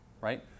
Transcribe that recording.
right